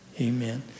Amen